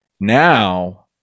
Now